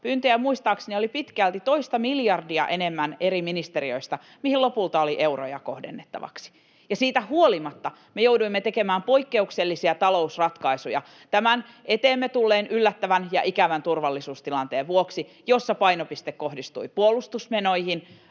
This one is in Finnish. Pyyntöjä muistaakseni oli pitkälti toista miljardia enemmän eri ministeriöistä, mihin lopulta oli euroja kohdennettavaksi, ja siitä huolimatta me jouduimme tekemään poikkeuksellisia talousratkaisuja tämän eteemme tulleen yllättävän ja ikävän turvallisuustilanteen vuoksi, jossa painopiste kohdistui puolustusmenoihin,